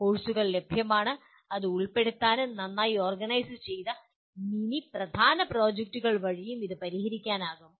കോഴ്സുകൾ ലഭ്യമാണ് അത് ഉൾപ്പെടുത്താനും നന്നായി ഓർഗനൈസു ചെയ്ത മിനി പ്രധാന പ്രോജക്ടുകൾ വഴിയും ഇത് പരിഹരിക്കാനാകും